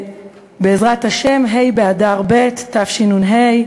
בעזרת השם, ה' באדר ב' תשנ"ה,